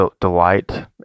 delight